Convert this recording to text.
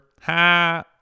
ha